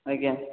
ଆଜ୍ଞା